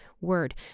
word